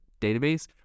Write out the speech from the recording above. database